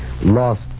lost